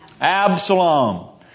Absalom